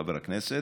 חבר הכנסת,